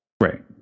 Right